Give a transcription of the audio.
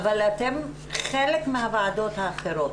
אבל אתם, חלק מהוועדות האחרות.